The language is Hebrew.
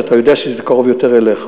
שאתה יודע שזה קרוב יותר אליך,